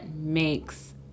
makes